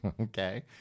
Okay